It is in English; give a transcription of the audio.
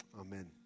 Amen